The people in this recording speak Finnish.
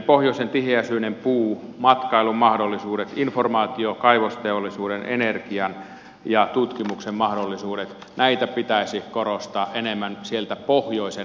pohjoisen tiheäsyinen puu matkailumahdollisuudet informaatio kaivosteollisuuden energian ja tutkimuksen mahdollisuudet näitä pitäisi korostaa enemmän sieltä pohjoisen näkökulmasta